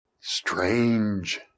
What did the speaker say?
Strange